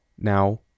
Now